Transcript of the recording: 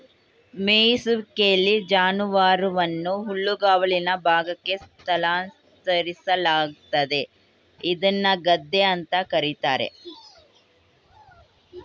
ಮೆಯಿಸುವಿಕೆಲಿ ಜಾನುವಾರುವನ್ನು ಹುಲ್ಲುಗಾವಲಿನ ಭಾಗಕ್ಕೆ ಸ್ಥಳಾಂತರಿಸಲಾಗ್ತದೆ ಇದ್ನ ಗದ್ದೆ ಅಂತ ಕರೀತಾರೆ